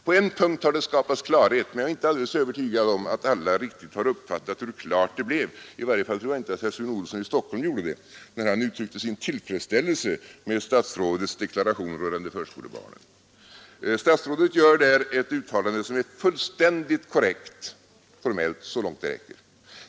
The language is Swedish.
På en punkt har det skapats klarhet, men jag är inte alldeles övertygad om att alla riktigt har uppfattat hur klart det blev; i varje fall tror jag inte att herr Sune Olsson i Stockholm gjorde det, när han uttryckte sin tillfredsställelse med statsrådets deklaration rörande förskolebarnen. Statsrådet gör där ett uttalande som formellt är fullständigt korrekt, så långt det räcker.